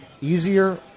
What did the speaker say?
easier